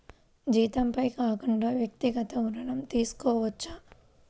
జీతంపై కాకుండా వ్యక్తిగత ఋణం తీసుకోవచ్చా?